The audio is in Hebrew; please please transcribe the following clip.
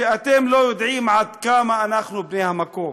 אתם לא יודעים עד כמה אנחנו בני המקום,